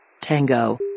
Tango